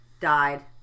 died